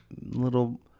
little